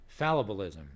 Fallibilism